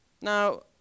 Now